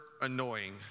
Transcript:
annoying